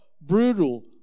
brutal